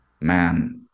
man